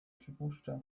przypuszcza